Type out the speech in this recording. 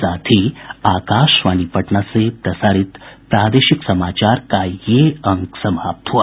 इसके साथ ही आकाशवाणी पटना से प्रसारित प्रादेशिक समाचार का ये अंक समाप्त हुआ